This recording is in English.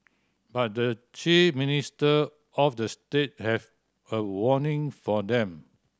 but the chief minister of the state have a warning for them